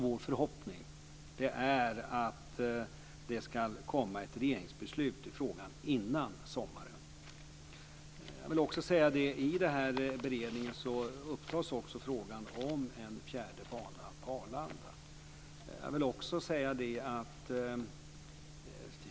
Vår förhoppning är att det ska komma ett regeringsbeslut i frågan innan sommaren. I beredningen upptas också frågan om en fjärde bana på Arlanda.